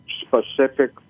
specific